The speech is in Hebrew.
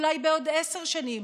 אולי בעוד עשר שנים.